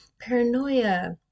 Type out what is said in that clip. paranoia